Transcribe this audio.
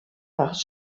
par